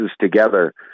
together